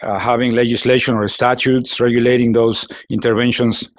ah having legislation or statutes regulating those interventions,